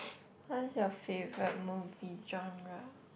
what is your favorite movie genre